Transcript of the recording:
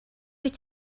wyt